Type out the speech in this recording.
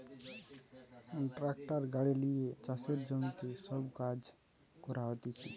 tractor গাড়ি লিয়ে চাষের জমিতে সব কাজ করা হতিছে